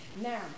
Now